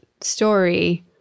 story